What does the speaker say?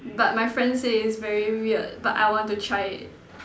but my friends say it's very weird but I want to try it